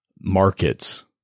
markets